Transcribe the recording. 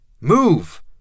move